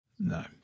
no